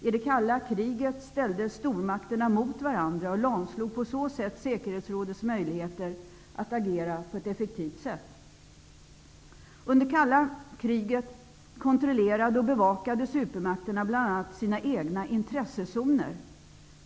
I det kalla kriget ställdes stormakterna mot varandra och lamslog på så sätt säkerhetsrådets möjligheter att agera på ett effektivt sätt. Under kalla kriget kontrollerade och bevakade supermakterna bl.a. sina egna intressezoner.